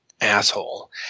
asshole